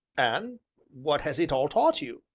and what has it all taught you? you?